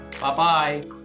Bye-bye